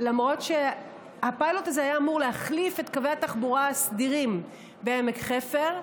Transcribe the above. למרות שהפיילוט הזה היה אמור להחליף את קווי התחבורה הסדירים בעמק חפר,